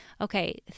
okay